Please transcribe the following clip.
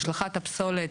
השלכת הפסולת,